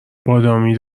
بادامی